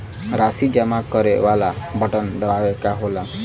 राशी जमा करे वाला बटन दबावे क होला